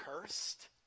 cursed